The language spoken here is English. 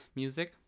music